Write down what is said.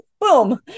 boom